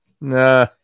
Nah